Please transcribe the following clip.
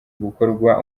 gukorwa